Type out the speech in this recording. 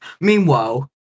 Meanwhile